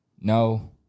No